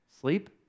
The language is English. sleep